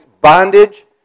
bondage